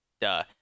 duh